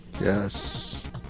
Yes